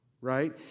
right